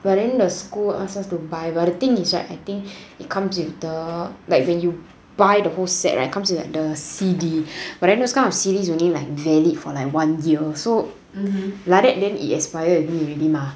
but then the school ask us to buy but the thing is right I think it comes with the like when you buy the whole set right comes in C_D but then those kind of series only like valid for one year so like that it expired already mah